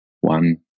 one